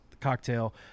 cocktail